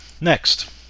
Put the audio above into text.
next